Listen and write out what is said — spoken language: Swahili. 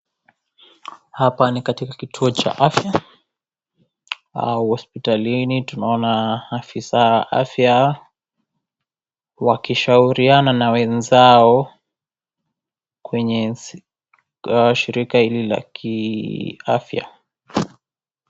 Hapa ni katika kituo cha afya au hospitalini, tunaona afisa wa afya akishauriana na wenzake kwenye shirika hili la kiafya.